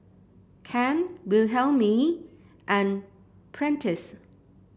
Cam Wilhelmine and Prentiss